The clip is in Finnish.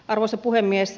arvoisa puhemies